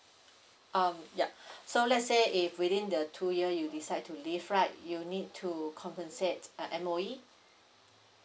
um yup so let's say if within the two year you decide to leave right you need to compensate uh M_O_E